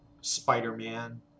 Spider-Man